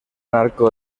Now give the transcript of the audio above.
arco